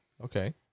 Okay